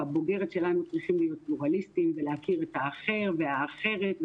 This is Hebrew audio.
או הבוגרת שלנו צריכים להיות פלורליסטים ולהכיר את האחר והאחרת,